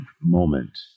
moment